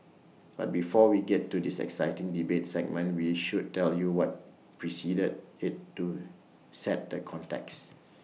but before we get to this exciting debate segment we should tell you what preceded IT to set the context